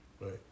Right